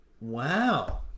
Wow